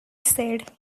said